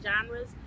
genres